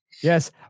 Yes